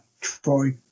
Troy